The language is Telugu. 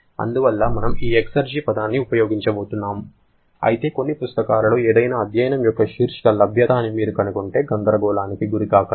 అందువల్ల మనము ఈ ఎక్సెర్జీ పదాన్ని ఉపయోగించబోతున్నాము అయితే కొన్ని పుస్తకాలలో ఏదైనా అధ్యాయం యొక్క శీర్షిక లభ్యత అని మీరు కనుగొంటే గందరగోళానికి గురికాకండి